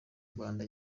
rwanda